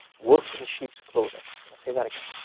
wolf in sheep's clothing, i'm gonna say that again,